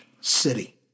city